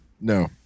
No